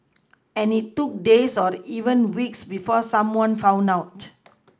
and it took days or even weeks before someone found out